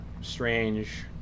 strange